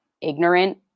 ignorant